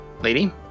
lady